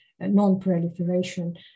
non-proliferation